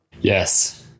Yes